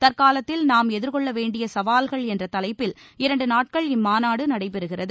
தற்காலத்தில் நாம் எதிர்கொள்ள வேண்டிய சவால்கள் என்ற தலைப்பில் இரண்டு நாட்கள் இம்மாநாடு நடைபெறுகிறது